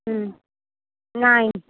ହୁଁ ନାଇଁ